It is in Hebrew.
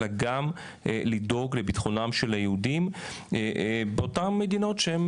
אלא גם לדאוג לביטחונם של היהודים באותן מדינות שבהן